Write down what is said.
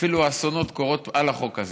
אפילו האסונות קורים על החוק הזה.